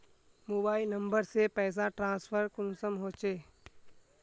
Mobile number से पैसा transfer कुंसम होचे?